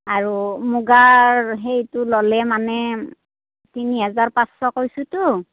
আৰু মুগাৰ সেইটো ল'লে মানে তিনিহাজাৰ পাঁচশ কৈছোঁতো